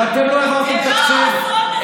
ואתם לא העברתם תקציב.